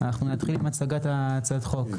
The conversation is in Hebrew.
נתחיל בהצגת הצעת החוק.